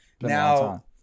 now